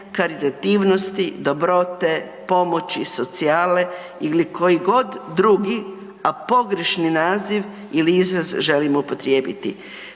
karitativnosti, dobrote, pomoći, socijale ili koji god drugi a pogrešni naziv ili izraz želimo upotrijebiti.